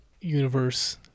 universe